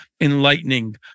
enlightening